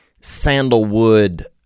sandalwood